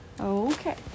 Okay